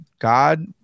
God